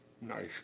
Nice